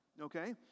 okay